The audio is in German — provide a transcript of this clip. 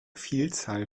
vielzahl